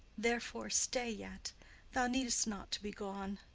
therefore stay yet thou need'st not to be gone.